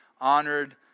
honored